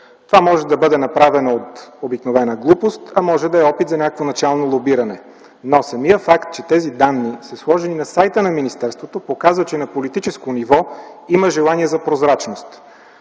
Това може да бъде направено от обикновена глупост, а може да е опит за някакво начално лобиране. Но самият факт, че тези данни са сложени на сайта на министерството, показва, че на политическо ниво има желание за прозрачност.